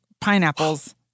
pineapples